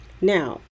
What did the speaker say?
Now